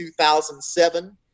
2007